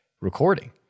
recording